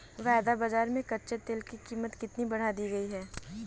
वायदा बाजार में कच्चे तेल की कीमत कितनी बढ़ा दी गई है?